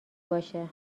باشه